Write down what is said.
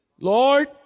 Lord